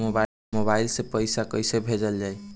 Mobile से पैसा कैसे भेजल जाइ?